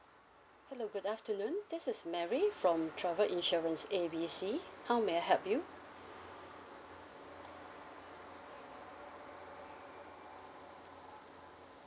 hello good afternoon this is mary from travel insurance A B C how may I help you